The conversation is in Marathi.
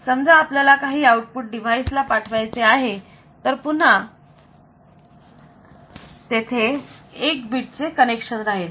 समजा आपल्याला काही आउटपुट डिवाइस ला पाठवायचे आहे तर पुन्हा तेथे 1 बीट चे कनेक्शन राहील